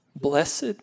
Blessed